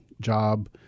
job